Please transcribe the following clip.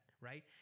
right